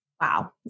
Wow